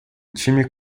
time